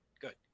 good